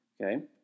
Okay